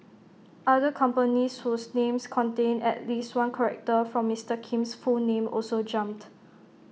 other companies whose names contained at least one character from Mister Kim's full name also jumped